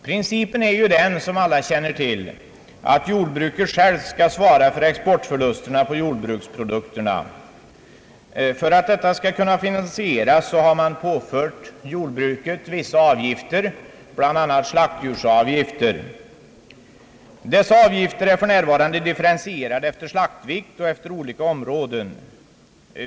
Principen är den — som alla känner till — att jordbruket självt skall svara för exportförlusterna på jordbruksprodukter. För att finansiera sådana förluster har man påfört jordbruket vissa avgifter, bl.a. slaktdjursavgifter. Dessa är för närvarande differentierade efter slaktvikt och efter olika områden.